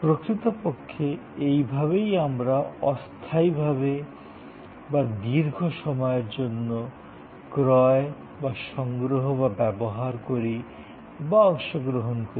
প্রকৃতপক্ষে এইভাবেই আমরা অস্থায়ীভাবে বা দীর্ঘ সময়ের জন্য ক্রয় বা সংগ্রহ বা ব্যবহার করি বা অংশগ্রহণ করি